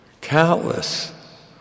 Countless